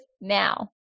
now